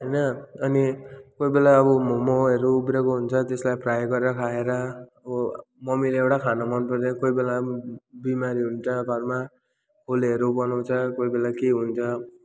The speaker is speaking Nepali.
होइन अनि कोही बेला अब मोमोहरू उब्रिएको हुन्छ त्यसलाई फ्राई गरेर खाएर अब मम्मीले एउटै खाना मन पराउँदैन कोही बेला अब बिमारी हुन्छ घरमा खोलेहरू बनाउँछ कोही बेला के हुन्छ